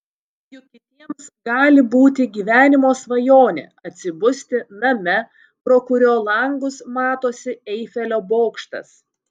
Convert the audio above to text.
juk kitiems gali būti gyvenimo svajonė atsibusti name pro kurio langus matosi eifelio bokštas